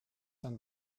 dann